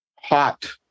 hot